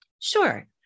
Sure